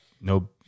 no